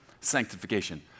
sanctification